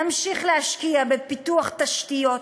נמשיך להשקיע בפיתוח תשתיות,